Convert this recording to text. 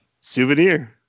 souvenir